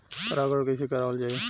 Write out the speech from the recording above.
परागण कइसे करावल जाई?